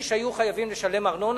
היו חייבים לשלם ארנונה